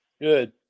Good